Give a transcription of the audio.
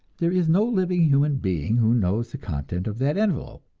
there is no living human being who knows the contents of that envelope,